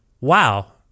wow